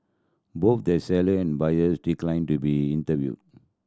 both the seller and buyers declined to be interview